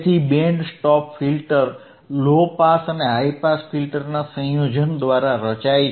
તેથી band stop filter low pass અને high pass ફિલ્ટરના સંયોજન દ્વારા રચાય છે